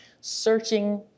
searching